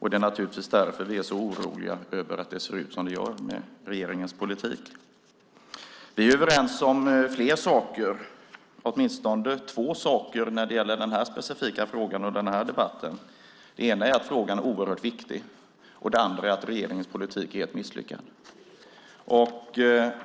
Det är naturligtvis därför som vi är så oroliga över att det ser ut som det gör med regeringens politik. Vi är överens om fler saker, åtminstone två saker när det gäller den här specifika frågan och den här debatten. Den ena är att frågan är oerhört viktigt. Den andra är att regeringens politik är ett misslyckande.